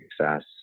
success